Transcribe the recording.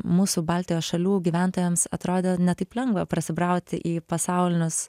mūsų baltijos šalių gyventojams atrodė ne taip lengva prasibrauti į pasaulinius